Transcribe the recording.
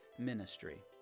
ministry